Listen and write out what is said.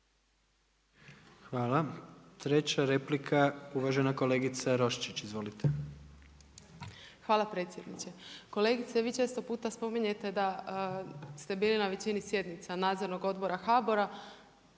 Hvala. Treća replika uvažena kolegice Rošić. Izvolite. **Vranješ, Dragica (HDZ)** Hvala predsjedniče. Kolegice vi često puta spominjete da ste bili na većini sjednica nadzornog odbora HBOR-a,